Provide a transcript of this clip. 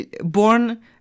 born